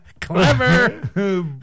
Clever